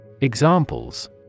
Examples